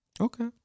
okay